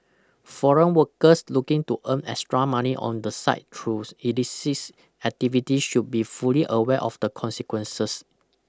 foreign workers looking to earn extra money on the side through illicist activities should be fully aware of the consequences